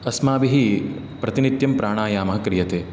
अस्माभिः प्रतिनित्यं प्राणायामः क्रियते